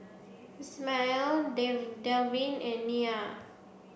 Ismael Delvin and Nia